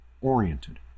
oriented